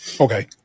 Okay